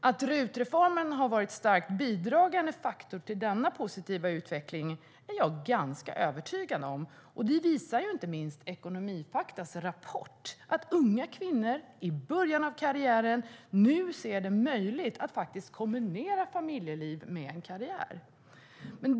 Att RUT-reformen har varit en starkt bidragande faktor till denna positiva utveckling är jag ganska övertygad om, och det visar inte minst Ekonomifaktas rapport: Unga kvinnor i början av karriären ser det nu som möjligt att faktiskt kombinera familjeliv med en karriär.